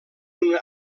una